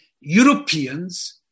Europeans